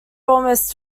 almost